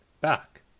back